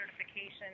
certification